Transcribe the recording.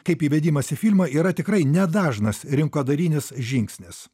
kaip įvedimas į filmą yra tikrai nedažnas rinkodarinis žingsnis